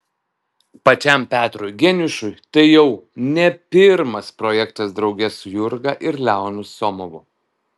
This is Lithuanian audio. pačiam petrui geniušui tai jau ne pirmas projektas drauge su jurga ir leonu somovu